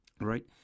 right